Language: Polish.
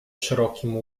szerokim